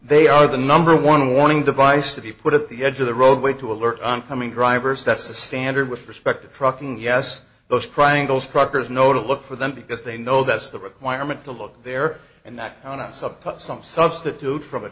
they are the number one warning device to be put at the edge of the roadway to alert on coming drivers that's the standard with respect to trucking yes those prying those truckers know to look for them because they know that's the requirement to look there and that they want to suck up some substitute from